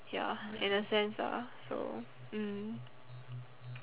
ya in a sense ah so mm